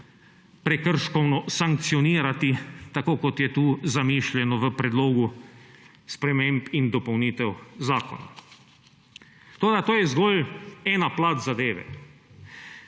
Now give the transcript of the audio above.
prekrškovno sankcionirati, tako kot je tu zamišljeno v predlogu sprememb in dopolnitev zakona. Toda to je zgolj ena plat zadeve.